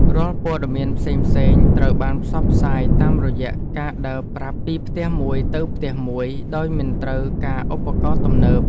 រាល់ព័ត៌មានផ្សេងៗត្រូវបានផ្សព្វផ្សាយតាមរយៈការដើរប្រាប់ពីផ្ទះមួយទៅផ្ទះមួយ ដោយមិនត្រូវការឧបករណ៍ទំនើប។